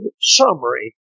summary